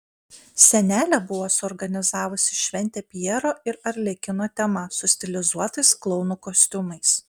senelė buvo suorganizavusi šventę pjero ir arlekino tema su stilizuotais klounų kostiumais